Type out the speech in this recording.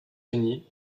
unis